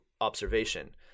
observation